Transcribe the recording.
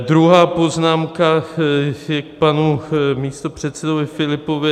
Druhá poznámka je k panu místopředsedovi Filipovi.